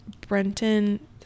Brenton